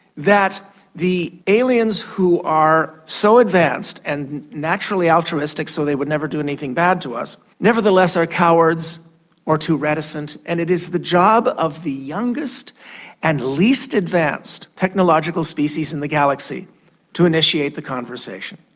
that the aliens who are so advanced and naturally altruistic so they would never do anything bad to us nevertheless are cowards or too reticent, and it is the job of the youngest and least advanced technological species in the galaxy to initiate the conversation.